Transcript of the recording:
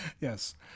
Yes